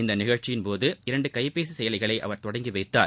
இந்த நிகழ்ச்சியின்போது இரண்டு கைபேசி செயலிகளை அவர் தொடங்கி வைத்தார்